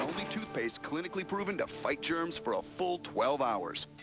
toothpaste clinically proven to fight germs for a full twelve hours.